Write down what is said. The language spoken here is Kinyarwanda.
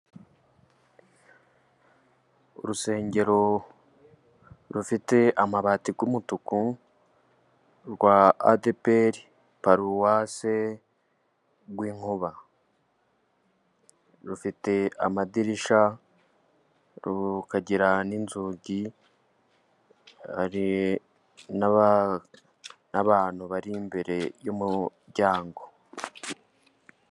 Urusengero rufite amabati y'umutuku rwa ADEPR Paruwase Rwinkuba, rufite amadirishya, rukagira n'inzugi, hari n'abantu bari imbere y'umuryango.